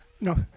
No